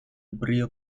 brío